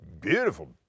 beautiful